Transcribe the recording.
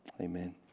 Amen